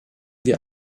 wir